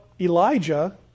Elijah